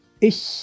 Ich